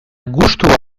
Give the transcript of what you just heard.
gustua